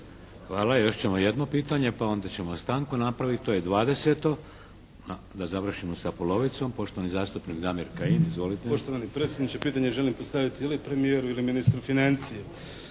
Hvala. Još ćemo jedno pitanje pa onda ćemo stanku napraviti. To je dvadeseto da završimo sa polovicom. Poštovani zastupnik Damir Kajin. Izvolite. **Kajin, Damir (IDS)** Poštovani predsjedniče, pitanje želim postaviti ili premijeru ili ministru financija.